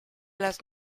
las